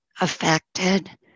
affected